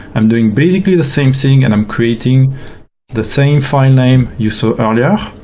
i'm doing basically the same thing. and i'm creating the same filename you saw earlier,